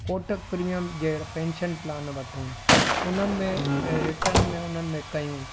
Kotak premium जहिड़ा pension plan वठूं उन्हनि में रिटर्न में उन्हनि में कयूं